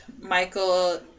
Michael